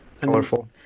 colorful